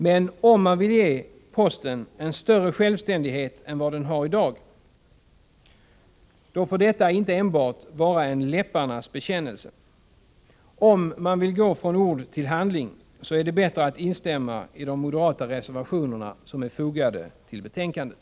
Men om man vill ge posten en större självständighet än vad den har i dag, får detta inte vara enbart en läpparnas bekännelse. Om man vill gå från ord till handling, är det bättre att instämma i de moderata reservationer som är fogade till betänkandet.